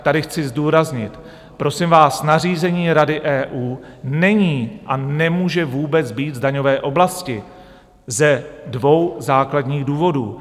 Tady chci zdůraznit: Prosím vás, nařízení Rady EU není a nemůže vůbec být v daňové oblasti ze dvou základních důvodů.